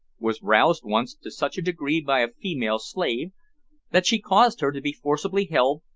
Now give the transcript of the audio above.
was roused once to such a degree by a female slave that she caused her to be forcibly held,